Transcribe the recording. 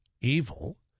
evil